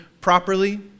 properly